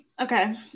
Okay